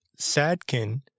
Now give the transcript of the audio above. Sadkin